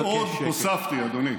אדוני.